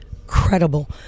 incredible